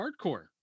hardcore